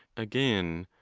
again,